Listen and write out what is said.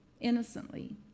innocently